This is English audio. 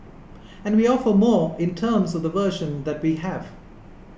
and we offer more in terms of the version that we have